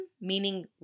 Meaning